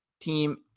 team